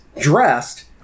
dressed